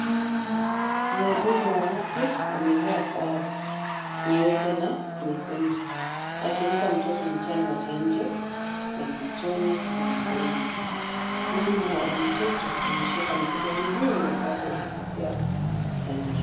Mhudumu wa afya amevaa sare nyeupe na nyekundu akimpa mtoto mchanga chanjo ya matone ya mdomo. Mama wa mtoto ameshika mtoto vizuri wakati akipokea chanjo.